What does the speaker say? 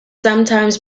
sometimes